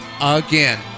again